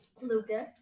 Lucas